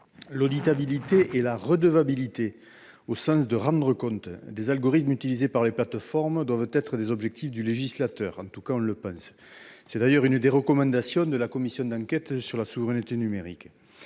L'auditabilité et la redevabilité, au sens de « rendre compte », des algorithmes utilisés par les plateformes doivent être des objectifs du législateur. C'est l'une des recommandations de la commission d'enquête sénatoriale sur la souveraineté numérique.